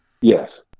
Yes